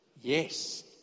Yes